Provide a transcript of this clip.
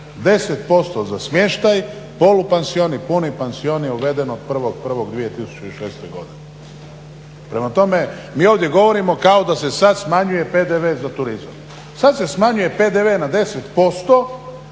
10% za smještaj, polupansion i puni pansion je uveden od 1.01.2006. godine. Prema tome, mi ovdje govorimo kao da se sad smanjuje PDV za turizam. Sad se smanjuje PDV na 10%,